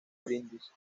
brindis